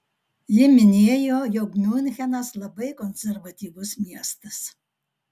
ji minėjo jog miunchenas labai konservatyvus miestas